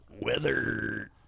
Weather